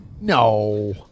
No